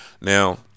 Now